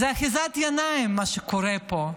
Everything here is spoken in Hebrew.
זו אחיזת עיניים מה שקורה פה.